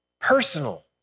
personal